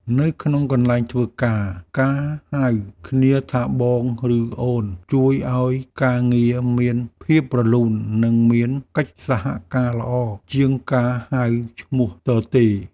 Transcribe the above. នៅក្នុងកន្លែងធ្វើការ ការហៅគ្នាថាបងឬអូនជួយឱ្យការងារមានភាពរលូននិងមានកិច្ចសហការល្អជាងការហៅឈ្មោះទទេៗ។